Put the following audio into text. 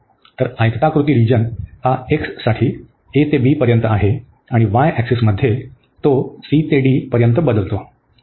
तर आयताकृती रिजन हा x साठी a ते b पर्यंत आहे आणि y ऍक्सिसमध्ये तो c ते d पर्यंत बदलतो